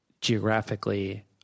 geographically